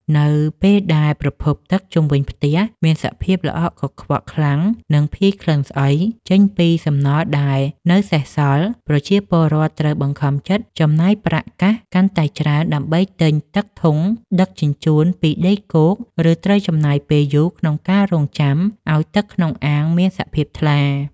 នៅពេលដែលប្រភពទឹកជុំវិញផ្ទះមានសភាពល្អក់កខ្វក់ខ្លាំង និងភាយក្លិនស្អុយចេញពីសំណល់ដែលនៅសេសសល់ ប្រជាពលរដ្ឋត្រូវបង្ខំចិត្តចំណាយប្រាក់កាសកាន់តែច្រើនដើម្បីទិញទឹកធុងដឹកជញ្ជូនពីដីគោក ឬត្រូវចំណាយពេលយូរក្នុងការរង់ចាំឱ្យទឹកក្នុងអាងមានសភាពថ្លា។